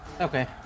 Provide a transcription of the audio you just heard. Okay